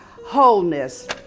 wholeness